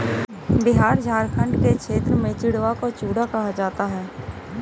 बिहार झारखंड के क्षेत्र में चिड़वा को चूड़ा कहा जाता है